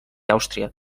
àustria